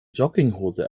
jogginghose